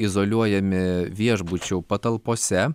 izoliuojami viešbučio patalpose